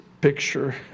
picture